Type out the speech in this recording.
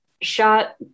shot